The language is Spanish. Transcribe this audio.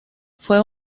fue